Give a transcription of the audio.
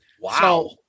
Wow